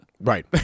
right